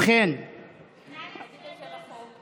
רבותיי, הצעת חוק שמירת הניקיון (הוראת שעה)